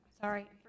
sorry